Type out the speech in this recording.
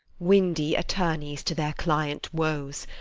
windy attorneys to their client woes,